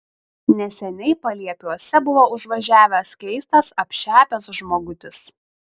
neseniai paliepiuose buvo užvažiavęs keistas apšepęs žmogutis